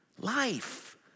life